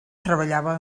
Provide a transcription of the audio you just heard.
treballava